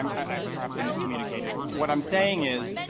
um i perhaps i miscommunicated. what i'm saying is,